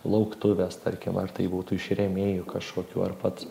lauktuves tarkim ar tai būtų iš rėmėjų kažkokių ar pats